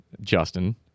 Justin